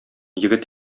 егет